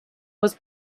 was